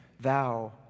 thou